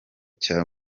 cya